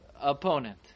opponent